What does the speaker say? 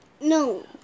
No